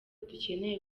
dukeneye